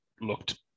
looked